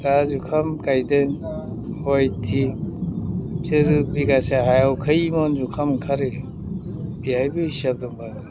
दा जुखाम गायदों पुवायथि बिसोरो बिगासे हायाव खै मन जुखाम ओंखारो बेवहायबो हिसाब दंबावो